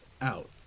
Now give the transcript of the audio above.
out